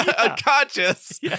unconscious